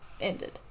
Ended